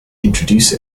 introduce